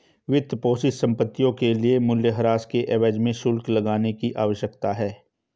वित्तपोषित संपत्तियों के लिए मूल्यह्रास के एवज में शुल्क लगाने की आवश्यकता है